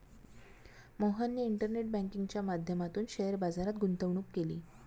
मोहनने इंटरनेट बँकिंगच्या माध्यमातून शेअर बाजारात गुंतवणूक केली